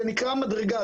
זה נקרא מדרגה.